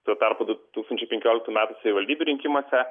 tuo tarpu du tūkstančiai penkioliktųjų metų savivaldybių rinkimuose